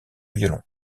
violon